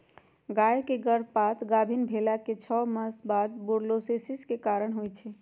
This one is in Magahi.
गाय के गर्भपात गाभिन् भेलाके छओ मास बाद बूर्सोलोसिस के कारण होइ छइ